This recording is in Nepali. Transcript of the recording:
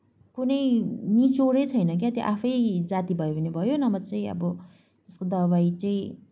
कुनै निचोडै छैन क्या त्यो आफै जाती भयो भने भयो नभए चाहिँ अब त्यसको दबाई चाहिँ